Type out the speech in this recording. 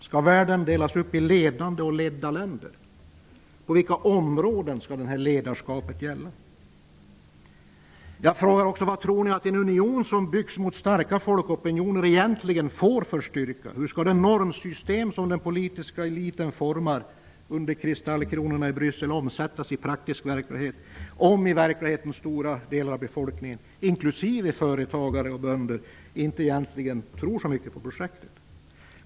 Skall världens länder delas upp i ledande och ledda länder? På vilket område skall det här ledarskapet gälla? Jag frågar också: Vad tror ni en union som byggs mot starka folkopinioner egentligen får för styrka? Hur skall det normsystem som den politiska eliten formar under kristallkronorna i Bryssel omsättas i praktisk verklighet, om stora delar av befolkningarna inklusive företagare och bönder egentligen inte tror så mycket på projektet?